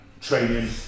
training